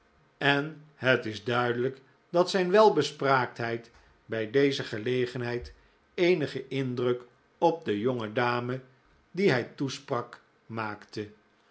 en het is duidelijk dat zijn welsprekendheid bij deze gelegenheid eenigen indruk op de jonge dame die hij toesprak maakte